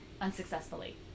Unsuccessfully